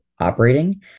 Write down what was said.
operating